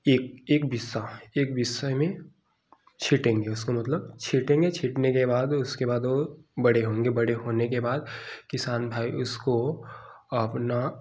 एक एक भिस्सा एक भिस्सा में छिटेंगे इसका मतलब छिटेंगे छीटने के बाद उसके बाद बड़े होंगे बड़े होने के बाद किसान भाई उसको अपना